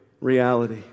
reality